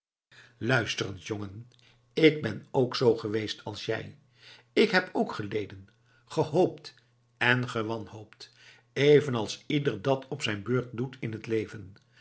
jongen ik ben ook zoo geweest als jij ik heb ook geleden gehoopt en gewanhoopt evenals iedereen dat op zijn beurt doet in het leven